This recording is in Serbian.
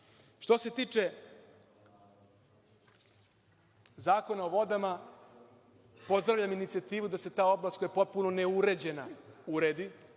se tiče Zakona o vodama, pozdravljam inicijativu da se ta oblast koja je potpuno neuređena uredi,